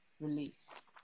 Release